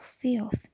filth